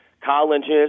colleges